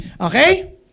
Okay